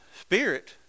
spirit